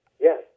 Yes